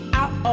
out